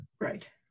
Right